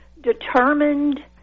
determined